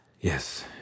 Yes